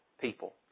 people